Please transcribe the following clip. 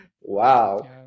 wow